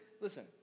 listen